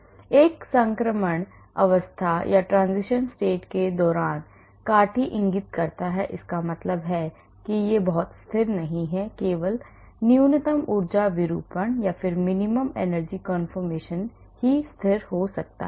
एक संक्रमण अवस्था के दौरान काठी इंगित करता है इसका मतलब है कि वे बहुत स्थिर नहीं हैं लेकिन केवल न्यूनतम ऊर्जा विरूपण स्थिर हो सकता है